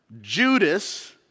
Judas